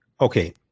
Okay